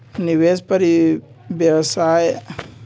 निवेश परिव्यास अनुपात से तू कौची समझा हीं?